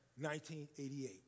1988